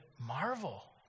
marvel